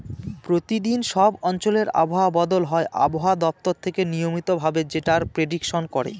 প্রতিদিন সব অঞ্চলে আবহাওয়া বদল হয় আবহাওয়া দপ্তর থেকে নিয়মিত ভাবে যেটার প্রেডিকশন করে